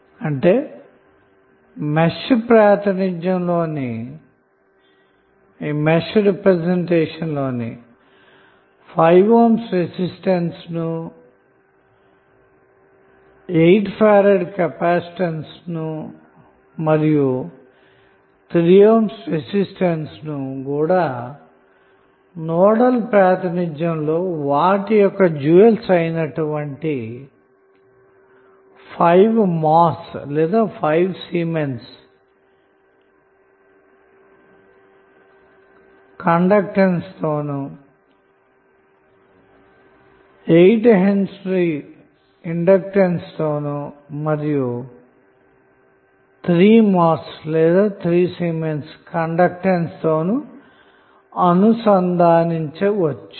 కాబట్టి మెష్ ప్రాతినిధ్యం లో ని 5 ohm రెసిస్టెన్స్ ను 8 F కెపాసిటర్ ను మరియు 8 F కెపాసిటర్ ను నోడల్ ప్రాతినిధ్యం లో వాటి యొక్క డ్యూయల్స్ అయినటువంటి 5 mho లేదా 5 Siemens తోను 8H ఇండక్టెన్స్ తోను మరియు 3 mho కండక్టెన్స్ తో ను అనుసంధానించవచ్చు